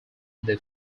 they